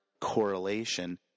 correlation